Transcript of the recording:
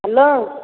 hello